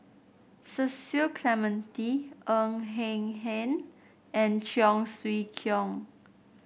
Cecil Clementi Ng Eng Hen and Cheong Siew Keong